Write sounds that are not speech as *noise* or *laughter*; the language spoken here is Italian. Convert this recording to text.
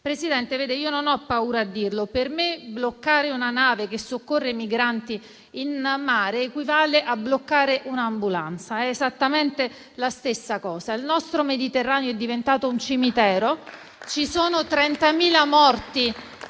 Presidente, non ho paura di dirlo: per me bloccare una nave che soccorre migranti in mare equivale a bloccare un'ambulanza, è esattamente la stessa cosa. *applause* Il nostro Mediterraneo è diventato un cimitero. Ci sono 30.000 morti